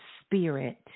spirit